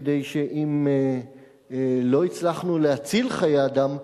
כדי שאם לא הצלחנו להציל חיי אדם,